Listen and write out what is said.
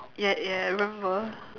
ya ya I remember